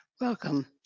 Welcome